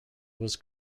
was